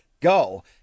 go